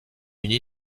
uni